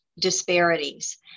disparities